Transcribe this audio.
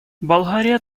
болгария